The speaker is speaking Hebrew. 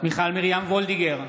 מיכל מרים וולדיגר,